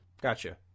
Gotcha